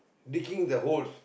digging the holes